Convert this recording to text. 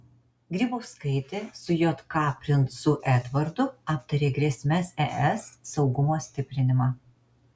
grybauskaitė su jk princu edvardu aptarė grėsmes es saugumo stiprinimą